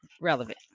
relevant